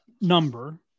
number